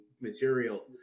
material